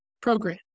program